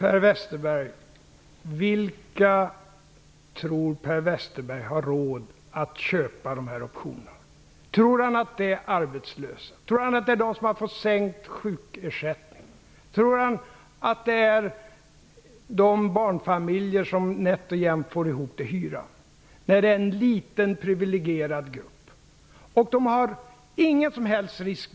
Fru talman! Vilka tror Per Westerberg har råd att köpa dessa optioner? Tror han att det är de arbetslösa? Tror han att det är de som har fått sänkt sjukersättning? Tror han att det är de barnfamiljer som nätt och jämt får ihop till hyran? Nej, det är en liten priviligierad grupp, som inte tar någon som helst risk.